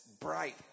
bright